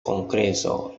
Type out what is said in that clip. kongreso